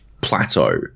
plateau